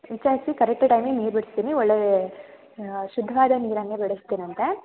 ವಿಚಾರಿಸಿ ಕರೆಕ್ಟ್ ಟೈಮಿಗೆ ನೀರು ಬಿಡಿಸ್ತೀನಿ ಒಳ್ಳೆಯ ಶುದ್ಧವಾದ ನೀರನ್ನೆ ಬಿಡಿಸ್ತೀನಂತೆ